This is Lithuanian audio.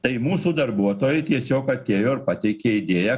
tai mūsų darbuotojai tiesiog atėjo ir pateikė idėją